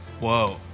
Whoa